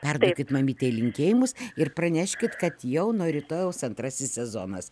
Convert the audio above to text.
perduokit mamytei linkėjimus ir praneškit kad jau nuo rytojaus antrasis sezonas